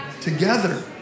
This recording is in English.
together